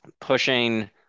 pushing